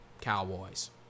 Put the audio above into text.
Cowboys